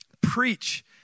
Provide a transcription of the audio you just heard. preach